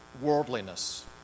worldliness